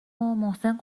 محسن